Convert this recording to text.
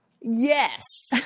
Yes